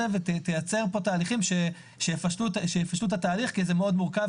ותייצר תהליכים שיפשטו את התהליך כי זה מאוד מורכב,